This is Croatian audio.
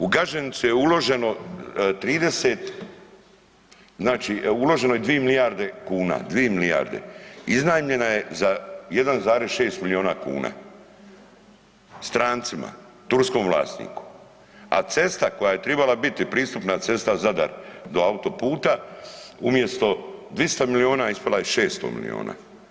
U Gaženicu je uloženo 30, znači uloženo je 2 milijarde kuna, 2 milijarde, iznajmljena je za 1,6 miliona kuna strancima, turskom vlasniku, a cesta koja je tribala biti pristupna cesta Zadar do autoputa umjesto 200 miliona ispala je 600 miliona.